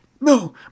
No